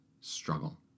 struggle